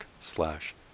slash